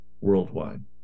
worldwide